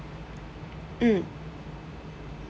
mm